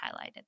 highlighted